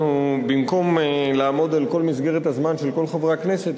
במקום לעמוד על כל מסגרת הזמן של כל חברי הכנסת,